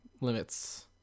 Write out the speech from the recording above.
limits